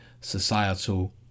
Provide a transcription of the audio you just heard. societal